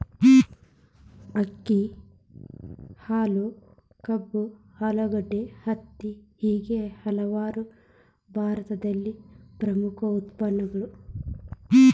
ಅಕ್ಕಿ, ಹಾಲು, ಕಬ್ಬು, ಆಲೂಗಡ್ಡೆ, ಹತ್ತಿ ಹೇಗೆ ಹಲವಾರು ಭಾರತದಲ್ಲಿ ಪ್ರಮುಖ ಉತ್ಪನ್ನಗಳು